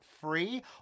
free